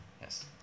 Yes